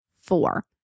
four